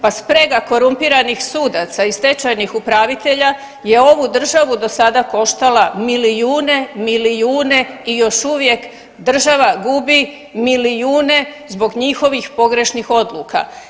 Pa sprega korumpiranih sudaca i stečajnih upravitelja je ovu državu do sada koštala milijune, milijune i još uvijek država gubi milijune zbog njihovih pogrešnih odluka.